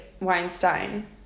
Weinstein